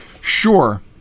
sure